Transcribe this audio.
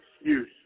excuse